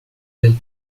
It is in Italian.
del